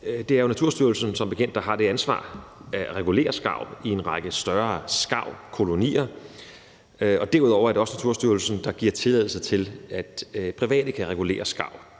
bekendt Naturstyrelsen, der har det ansvar at regulere skarv i en række større skarvkolonier. Derudover er det også Naturstyrelsen, der giver tilladelse til, at private kan regulere skarv.